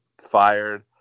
fired